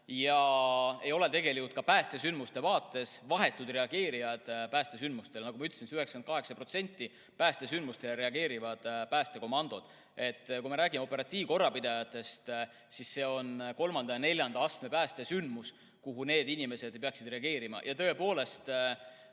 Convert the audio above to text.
ja ei ole tegelikult ka päästesündmuste vaates vahetud reageerijad päästesündmustele. Nagu ma ütlesin, 98%‑le päästesündmustest reageerivad päästekomandod. Kui me räägime operatiivkorrapidajatest, siis see on kolmanda ja neljanda astme päästesündmus, millele need inimesed peaksid reageerima. Tõepoolest